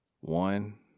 One